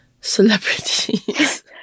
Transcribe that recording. celebrities